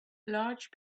large